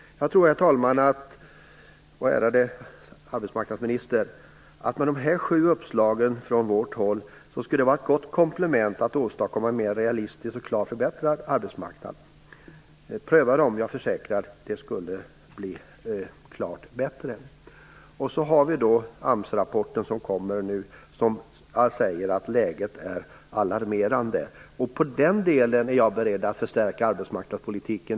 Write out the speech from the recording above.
Herr talman! Ärade arbetsmarknadsminister! Jag tror att de här sju förslagen från oss är ett gott komplement för att åstadkomma en mer realistisk och klart förbättrad arbetsmarknad. Pröva dem! Jag försäkrar att det skulle bli klart bättre. Så har vi då AMS-rapporten som kommer nu och som säger att läget är alarmerande. I det avseendet är jag beredd att förstärka arbetsmarknadspolitiken.